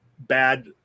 bad